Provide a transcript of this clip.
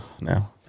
now